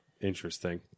interesting